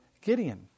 Gideon